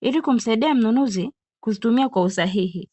ili kumsaidia mnunuzi kuzitumia kwa usahihi.